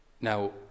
Now